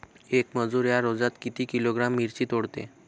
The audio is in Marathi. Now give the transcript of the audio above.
येक मजूर या रोजात किती किलोग्रॅम मिरची तोडते?